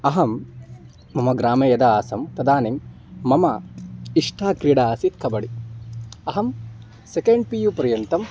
अहं मम ग्रामे यदा आसं तदानीं मम इष्टा क्रीडा आसीत् कबडि अहं सेकेण्ड् पि यु पर्यन्तम्